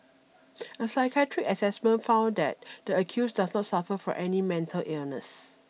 a psychiatric assessment found that the accused does not suffer from any mental illness